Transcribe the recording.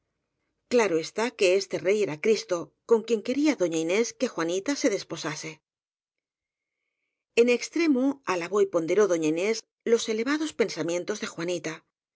claro está que este rey era cristo con quien quería doña inés que juanita se desposase en extremo alabó y ponderó doña inés los ele vados pensamientos de juanita